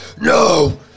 No